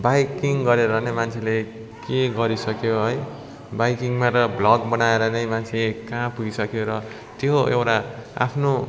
biking गरेर नै मान्छेले के गरिसक्यो है बाइकिङमा र भ्लग बनाएर नै मान्छे कहाँ पुगिसक्यो र त्यो एउटा आफ्नो